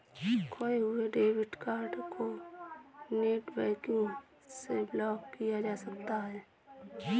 खोये हुए debit card को नेटबैंकिंग से ब्लॉक किया जा सकता है